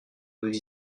nous